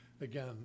again